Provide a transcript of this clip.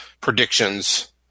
predictions